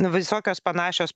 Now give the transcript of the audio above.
visokios panašios